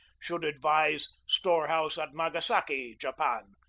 should advise storehouse at nagasaki, japan,